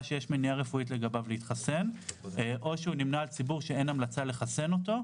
לגביו שאסור לו להתחסן או שאין המלצה לחסן אותו,